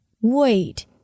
Wait